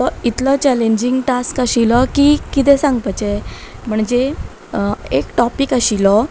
इतलो challenging task आशिल्लो की किदें सांगपाचे म्हणजे एक टॉपीक आशिल्लो